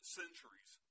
centuries